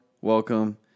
Welcome